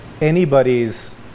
anybody's